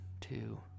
two